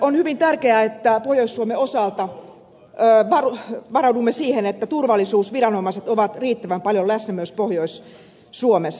on hyvin tärkeää että pohjois suomen osalta varaudumme siihen että turvallisuusviranomaiset ovat riittävän paljon läsnä myös pohjois suomessa